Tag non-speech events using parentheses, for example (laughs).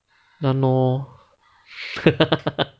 ya lor (laughs)